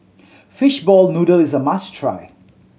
fishball noodle is a must try